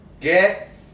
Get